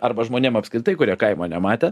arba žmonėm apskritai kurie kaimo nematę